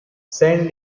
san